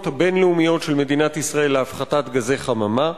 הבין-לאומיות של מדינת ישראל להפחתת גזי חממה,